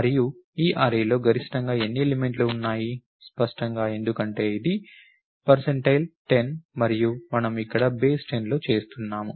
మరియు ఈ అర్రేలో గరిష్టంగా ఎన్ని ఎలిమెంట్లు ఉన్నాయి స్పష్టంగా ఎందుకంటే ఇది 10 మరియు మనము ఇక్కడ బేస్ 10 లో చేస్తున్నాము